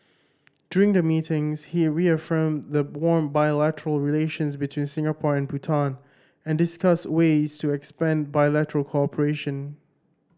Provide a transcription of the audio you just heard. during the meetings he reaffirmed the warm bilateral relations between Singapore and Bhutan and discussed ways to expand bilateral cooperation